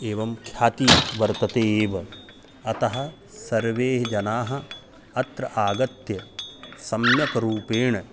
एवं ख्यातिः वर्तते एव अतः सर्वेजनाः अत्र आगत्य सम्यक् रूपेण